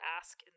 ask